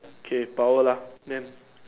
okay power lah then